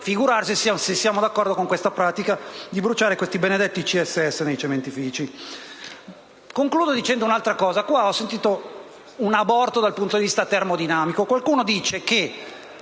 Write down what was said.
figurarsi se siamo d'accordo con questa pratica di bruciare questi benedetti CSS nei cementifici. Concludo dicendo un'altra cosa. Qui ho sentito un aborto dal punto di vista termodinamico. Qualcuno infatti